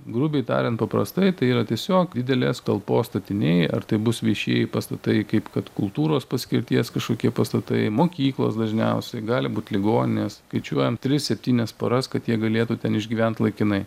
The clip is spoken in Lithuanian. grubiai tariant paprastai tai yra tiesiog didelės talpos statiniai ar tai bus viešieji pastatai kaip kad kultūros paskirties kažkokie pastatai mokyklos dažniausiai gali būt ligoninės skaičiuojam tris septynias paras kad jie galėtų ten išgyvent laikinai